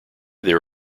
there